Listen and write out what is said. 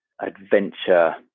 adventure